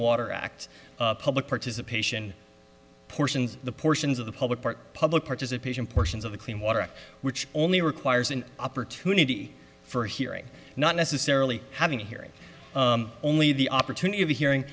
water act public participation portions the portions of the public part public participation portions of the clean water act which only requires an opportunity for hearing not necessarily having a hearing only the opportunity of a hearing